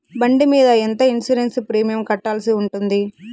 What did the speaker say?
బండి మీద ఎంత ఇన్సూరెన్సు ప్రీమియం కట్టాల్సి ఉంటుంది?